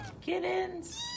Kittens